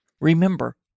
Remember